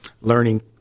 learning